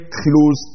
close